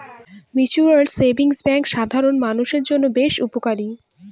mutual savings bank সাধারন মানুষের জন্য বেশ উপকারী